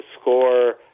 score